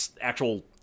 actual